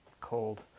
cold